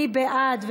מי בעד?